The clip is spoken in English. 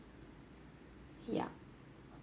yup